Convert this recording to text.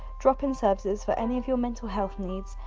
drop-in services for any of your mental health needs,